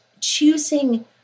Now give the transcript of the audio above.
choosing